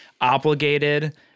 obligated